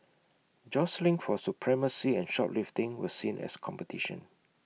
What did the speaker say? jostling for supremacy and shoplifting were seen as competition